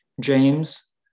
James